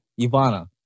Ivana